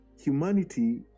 humanity